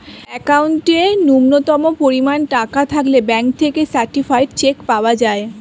অ্যাকাউন্টে ন্যূনতম পরিমাণ টাকা থাকলে ব্যাঙ্ক থেকে সার্টিফায়েড চেক পাওয়া যায়